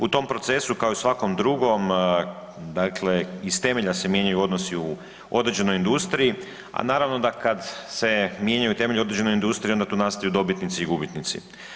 U tom procesu kao i svakom drugom dakle iz temelja se mijenjaju odnosi u određenoj industriji, a naravno da kad se mijenjaju temelji u određenoj industriji onda tu nastaju dobitnici i gubitnici.